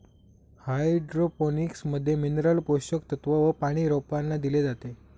hydroponics मध्ये mineral पोषक तत्व व पानी रोपांना दिले जाते